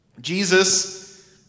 Jesus